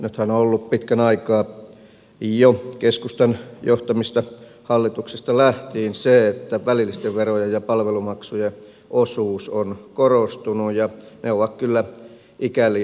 nythän on ollut pitkän aikaa jo keskustan johtamista hallituksista lähtien se että välillisten verojen ja palvelumaksujen osuus on korostunut ja ne ovat kyllä ikävin tapa verottaa